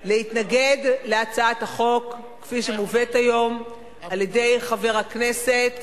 להתנגד להצעת החוק כפי שמובאת היום על-ידי חבר הכנסת